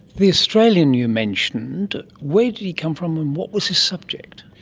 the australian you mentioned, where did he come from and what was his subject?